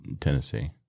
Tennessee